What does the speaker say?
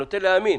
אני נוטה להאמין,